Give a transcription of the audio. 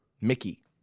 Mickey